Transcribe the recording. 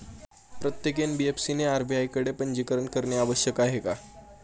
प्रत्येक एन.बी.एफ.सी ने आर.बी.आय कडे पंजीकरण करणे आवश्यक आहे का?